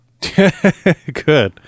Good